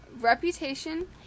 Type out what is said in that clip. reputation